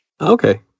Okay